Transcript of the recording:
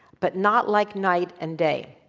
but not like night and day.